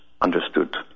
understood